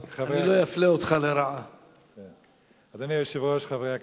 היושב-ראש, חברי הכנסת,